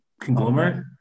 Conglomerate